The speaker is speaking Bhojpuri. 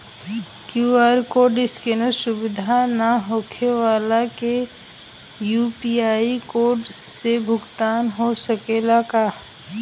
क्यू.आर कोड स्केन सुविधा ना होखे वाला के यू.पी.आई कोड से भुगतान हो सकेला का?